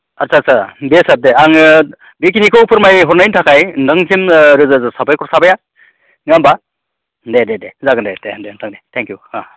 आस्सा आस्सा दे सार दे आङो बेखिनिखौ फोरमाय हरनायनि थाखाय नोंथांनिसिम रोजा रोजा साबायखर थाबाय नङा होमब्ला दे दे दे जागोन दे दे थेंक इउ